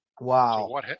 Wow